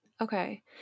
Okay